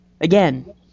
again